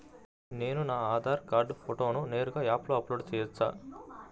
నేను నా ఆధార్ కార్డ్ ఫోటోను నేరుగా యాప్లో అప్లోడ్ చేయవచ్చా?